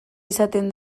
izaten